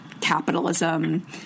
capitalism